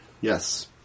Yes